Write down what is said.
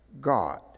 God